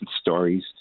stories